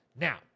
Now